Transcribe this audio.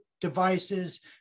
devices